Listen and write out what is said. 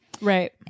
right